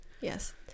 Yes